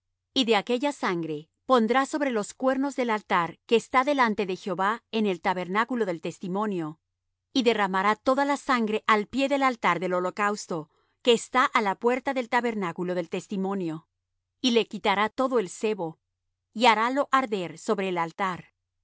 y de aquella sangre pondrá sobre los cuernos del altar que está delante de jehová en el tabernáculo del testimonio y derramará toda la sangre al pie del altar del holocausto que está á la puerta del tabernáculo del testimonio y le quitará todo el sebo y harálo arder sobre el altar